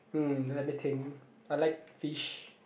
mm let me think I like fish